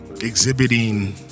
Exhibiting